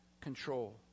control